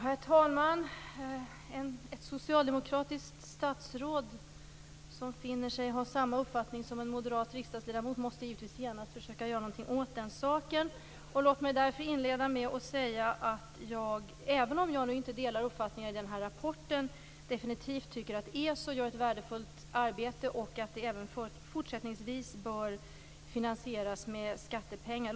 Herr talman! Ett socialdemokratiskt statsråd som finner sig ha samma uppfattning som en moderat riksdagsledamot måste givetvis genast försöka göra någonting åt den saken. Låt mig därför inleda med att säga att jag även om jag inte delar uppfattningarna i rapporten definitivt tycker att ESO gör ett värdefullt arbete och att det även fortsättningsvis bör finansieras med skattepengar.